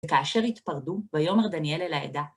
כאשר התפרדו ויאמר דניאל אל העדה.